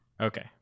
Okay